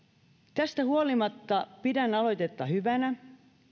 tästä huolimatta pidän aloitetta hyvänä